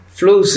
flu